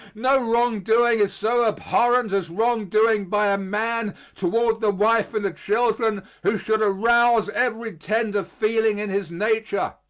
no wrong-doing is so abhorrent as wrong-doing by a man toward the wife and the children who should arouse every tender feeling in his nature.